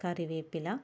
കറിവേപ്പില